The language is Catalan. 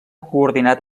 coordinat